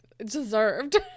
deserved